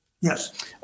Yes